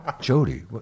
Jody